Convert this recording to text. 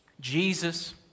Jesus